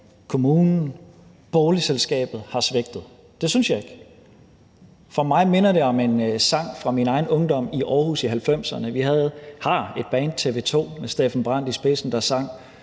kommunen og boligselskabet har svigtet; det synes jeg ikke. For mig minder det om en sang fra min egen ungdom i Aarhus i 1990'erne, hvor bandet TV 2 med Steffen Brandt i spidsen sang